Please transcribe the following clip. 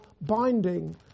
binding